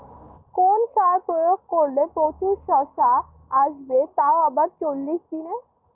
কোন সার প্রয়োগ করলে প্রচুর শশা আসবে তাও আবার চল্লিশ দিনে?